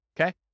Okay